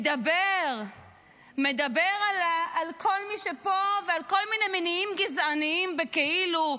מדבר על כל מי שפה ועל כל מיני מניעים גזעניים בכאילו,